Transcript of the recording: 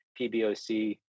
PBOC